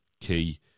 Key